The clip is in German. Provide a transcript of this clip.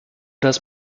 das